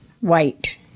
White